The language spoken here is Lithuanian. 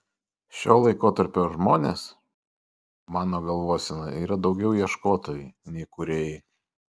šio laikotarpio žmonės mano galvosena yra daugiau ieškotojai nei kūrėjai